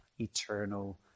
eternal